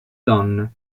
donne